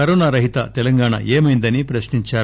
corona రహిత తెలంగాణ ఏమైందని ప్రశ్నించారు